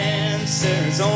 answers